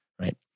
right